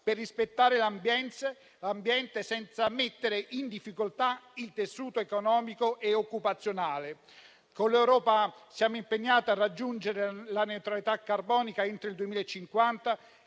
per rispettare l'ambiente senza mettere in difficoltà il tessuto economico e occupazionale. Con l'Europa siamo impegnati a raggiungere la neutralità carbonica entro il 2050